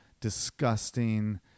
disgusting